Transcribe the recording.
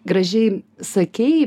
gražiai sakei